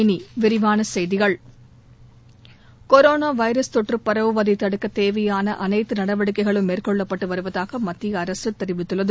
இனி விரிவான செய்திகள் கொரோனா வைரஸ் தொற்று பரவுவதை தடுக்க தேவையான அனைத்து நடவடிக்கைகளும் மேற்கொள்ளப்பட்டு வருவதாக மத்திய அரசு தெரிவித்துள்ளது